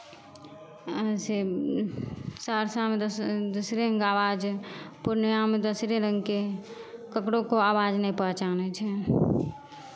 से सहरसामे दोस दोसरे रङ्गके आवाज पूर्णियामे दोसरे रङ्गके ककरो कोइ आवाज नहि पहचानै छै